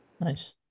Nice